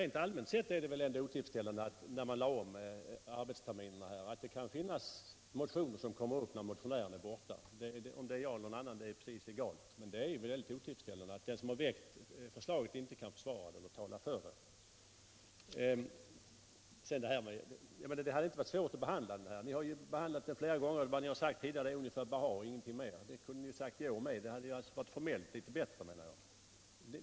Rent allmänt sett är väl det ändå otillfredsställande att det efter omläggningen av arbetsterminerna kan finnas motioner som kommer upp till behandling när motionären inte är kvar i riksdagen — om det är jag eller någon annan är helt egalt — och inte kan försvara det eller tela för det. Det hade inte varit svårt för utskottet att behandla motionen, eftersom ni har behandlat den flera gånger förut. Ni kunde ju även i år bara ha sagt blaha och ingenting mer. Det hade formellt varit litet bättre, menar jag.